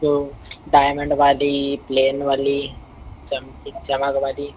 जो डायमण्ड वाली प्लेन वाली चमकी चमक वाली